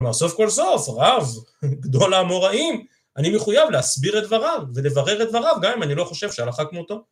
אבל סוף כל סוף, רב, גדול האמוראים, אני מחויב להסביר את דבריו ולברר את דבריו, גם אם אני לא חושב שהלכה כמותו.